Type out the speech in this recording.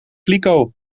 kliko